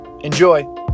Enjoy